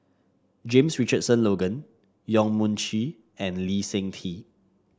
James Richardson Logan Yong Mun Chee and Lee Seng Tee